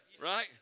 Right